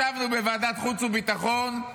ישבנו בוועדת חוץ וביטחון,